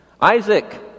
Isaac